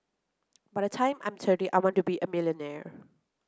by the time I'm thirty I want to be a millionaire